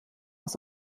aus